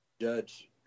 Judge